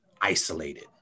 isolated